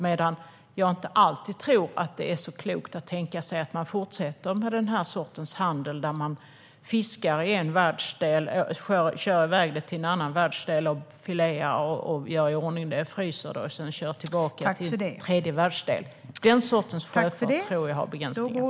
Men jag tror inte alltid att det är klokt att fortsätta med den sortens handel där man fiskar i en världsdel, kör i väg fångsten till en annan världsdel och filear, gör i ordning och fryser den där och sedan kör den till en tredje världsdel. Den sortens sjöfart tror jag har begränsningar.